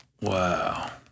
Wow